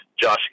Josh